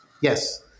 Yes